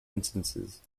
instances